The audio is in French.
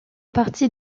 partie